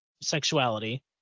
sexuality